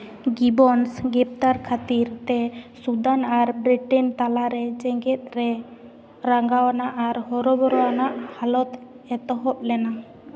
Gibbons ᱜᱨᱮᱯᱛᱟᱨ ᱠᱷᱟᱹᱛᱤᱨ ᱛᱮ ᱥᱩᱫᱟᱱ ᱟᱨ ᱵᱨᱤᱴᱮᱱ ᱛᱟᱞᱟᱨᱮ ᱡᱮᱸᱜᱮᱫ ᱨᱮ ᱨᱟᱸᱜᱟᱣᱱᱟ ᱟᱨ ᱦᱚᱨᱚᱵᱚᱨᱚ ᱟᱱᱟᱜ ᱦᱟᱞᱚᱛ ᱮᱛᱚᱦᱚᱵ ᱞᱮᱱᱟ